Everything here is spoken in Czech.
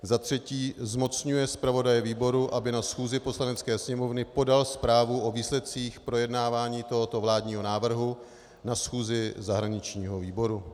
III. zmocňuje zpravodaje výboru, aby na schůzi Poslanecké sněmovny podal zprávu o výsledcích projednávání tohoto vládního návrhu na schůzi zahraničního výboru.